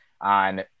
on